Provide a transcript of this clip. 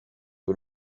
que